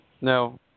no